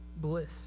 bliss